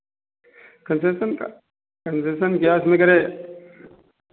concession का concession क्या इसमें करें